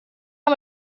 how